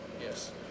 Yes